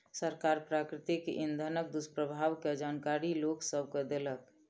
सरकार प्राकृतिक इंधनक दुष्प्रभाव के जानकारी लोक सभ के देलक